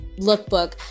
lookbook